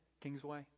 Kingsway